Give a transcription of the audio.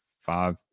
five